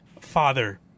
father